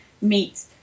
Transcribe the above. meet